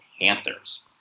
Panthers